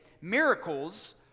Miracles